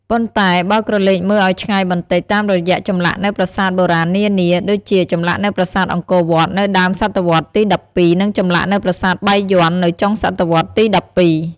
ប៉ុន្តែ បើក្រឡេកមើលឲ្យឆ្ងាយបន្តិច តាមរយៈចម្លាក់នៅប្រាសាទបុរាណនានា ដូចជាចម្លាក់នៅប្រាសាទអង្គរវត្ត នៅដើមសតវត្សរ៍ទី ១២ និងចម្លាក់នៅប្រាសាទបាយ័ន នៅចុងសតវត្សរ៍ទី ១២ ។